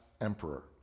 emperor